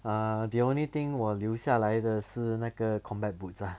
err the only thing 我留下来的是那个 combat boots ah